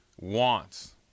wants